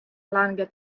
lange